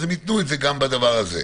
אז הם ייתנו את זה גם בדבר הזה.